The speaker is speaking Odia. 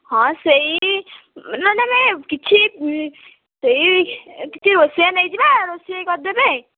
ହଁ ସେଇ ନାହିଁ ମାନେ କିଛି ସେଇ କିଛି ରୋଷେୟା ନେଇଯିବା ରୋଷେଇ କରିଦେବେ